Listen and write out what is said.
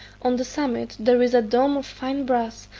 on the summit there is a dome of fine brass,